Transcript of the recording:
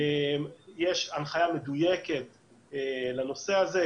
יש הנחיה מדויקת לנושא הזה,